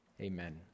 Amen